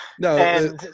No